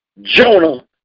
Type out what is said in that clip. Jonah